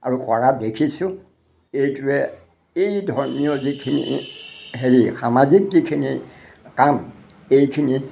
আৰু কৰা দেখিছোঁ এইটোৱে এই ধৰ্মীয় যিখিনি হেৰি সামাজিক যিখিনি কাম এইখিনিত